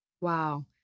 Wow